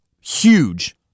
huge